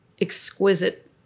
exquisite